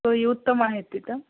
सोयी उत्तम आहेत तथं